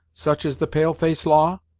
such is the pale-face law?